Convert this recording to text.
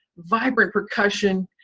vibrant percussion,